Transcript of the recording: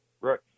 right